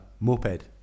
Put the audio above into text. moped